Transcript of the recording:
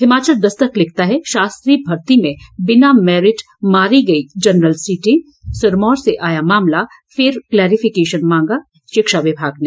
हिमाचल दस्तक लिखता है शास्त्री भर्ती में बिना मेरिट मारी गई जनरल सीटें सिरमौर से आया मामला फिर क्लेरिफिकेशन मांगा शिक्षा विभाग ने